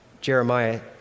Jeremiah